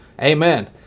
Amen